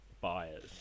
buyers